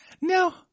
No